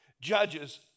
Judges